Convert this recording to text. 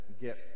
get